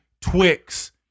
Twix